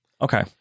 Okay